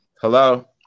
Hello